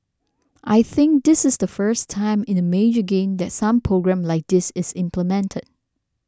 I think this is the first time in a major game that some programme like this is implemented